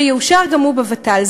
שיאושר גם הוא בוות"ל.